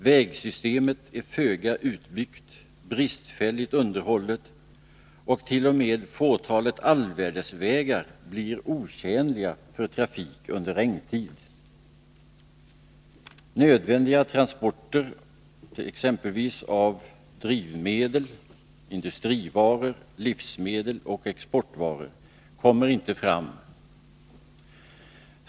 Vägsystemet är föga utbyggt, bristfälligt underhållet, och t.o.m. fåtalet allvädersvägar blir otjänliga för trafik under regntid. Nödvändiga transporter, exempelvis av drivmedel, industrivaror, livsmedel och exportvaror, kommer icke fram.